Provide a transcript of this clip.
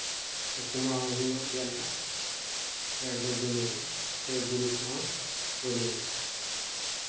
ᱠᱚᱢᱟᱣ ᱧᱚᱜ ᱜᱮᱭᱟ ᱱᱟᱦᱟᱸᱜ ᱰᱷᱮᱨ ᱫᱚ ᱵᱟᱹᱱᱩᱜᱚᱜᱼᱟ ᱥᱮ ᱵᱩᱨᱩ ᱠᱚᱦᱚᱸ ᱵᱟᱹᱱᱩᱜᱚᱜᱼᱟ